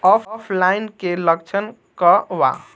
ऑफलाइनके लक्षण क वा?